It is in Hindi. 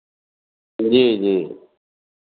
जी जी